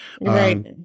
right